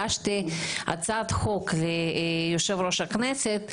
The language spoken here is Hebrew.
אני הגשתי הצעת חוק ליושב ראש הכנסת,